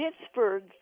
Pittsburgh